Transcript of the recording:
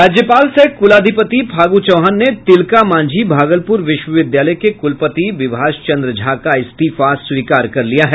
राज्यपाल सह कुलाधिपति फागू चौहान ने तिलकामांझी भागलपुर विश्वविद्यालय के कुलपति विभाष चंद्र झा का इस्तीफा स्वीकार कर लिया है